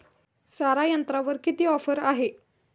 सारा यंत्रावर किती ऑफर आहे?